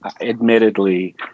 admittedly